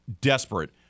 desperate